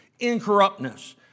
incorruptness